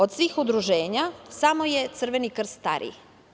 Od svih udruženja samo je Crveni krst stariji.